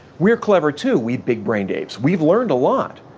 we're clever too, we big-brained apes. we've learned a lot,